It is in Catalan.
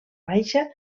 baixa